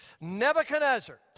Nebuchadnezzar